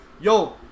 Yo